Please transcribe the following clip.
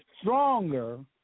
stronger